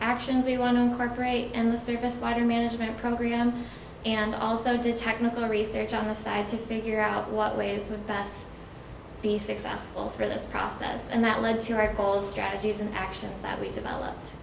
actions we want to incorporate and the service writer management program and also do technical research on the side to figure out what ways the bad be successful for this process and that led to our goals strategies and actions that we developed